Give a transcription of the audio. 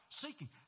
Seeking